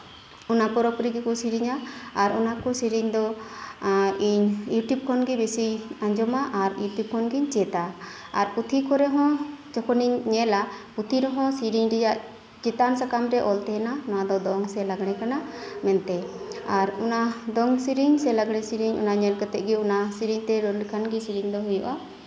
ᱚᱱᱟ ᱠᱚ ᱯᱚᱨᱚᱵᱽ ᱨᱮᱜᱮ ᱠᱚ ᱥᱮᱨᱮᱧᱟ ᱚᱱᱟ ᱠᱚ ᱥᱮᱨᱮᱧ ᱫᱚ ᱤᱧ ᱤᱭᱩᱴᱩᱵᱽ ᱠᱷᱚᱱᱜᱮ ᱵᱮᱥᱤᱧ ᱟᱸᱡᱚᱢᱟ ᱤᱭᱩᱴᱩᱵᱽ ᱠᱷᱚᱱᱜᱤᱧ ᱪᱮᱫᱟ ᱟᱨ ᱯᱩᱛᱷᱤ ᱠᱚᱨᱮ ᱦᱚᱸ ᱡᱚᱠᱷᱚᱱ ᱤᱧ ᱧᱮᱞᱟ ᱯᱩᱛᱷᱤ ᱨᱮᱦᱚᱸ ᱥᱮᱨᱮᱧ ᱨᱮᱭᱟᱜ ᱪᱮᱛᱟᱱ ᱥᱟᱠᱟᱢ ᱨᱮ ᱚᱞ ᱛᱟᱦᱮᱱᱟ ᱱᱚᱣᱟ ᱫᱚ ᱫᱚᱝ ᱥᱮ ᱞᱟᱜᱽᱲᱮ ᱠᱟᱱᱟ ᱢᱮᱱᱛᱮ ᱟᱨ ᱚᱱᱟ ᱫᱚᱝ ᱥᱮᱨᱮᱧ ᱥᱮ ᱞᱟᱜᱽᱲᱮ ᱥᱮᱨᱮᱧ ᱚᱱᱟ ᱧᱮᱞ ᱠᱟᱛᱮᱜ ᱜᱮ ᱚᱱᱟ ᱨᱟᱹᱲ ᱞᱮᱠᱷᱟᱱ ᱜᱮ ᱥᱮᱨᱮᱧ ᱫᱚ ᱦᱩᱭᱩᱜᱼᱟ